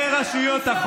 חברת הכנסת לוי אבקסיס,